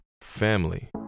family